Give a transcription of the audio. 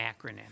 acronym